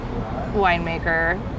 winemaker